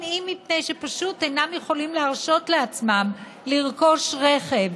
ואם מפני שפשוט אינם יכולים להרשות לעצמם לרכוש רכב,